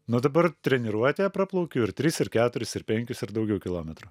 nu dabar treniruotėje praplaukiu ir tris keturis ir penkis ir daugiau kilometrų